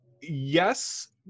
Yes